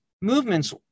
movements